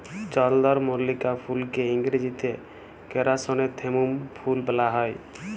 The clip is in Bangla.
চলদরমল্লিকা ফুলকে ইংরাজিতে কেরাসনেথেমুম ফুল ব্যলা হ্যয়